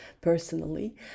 personally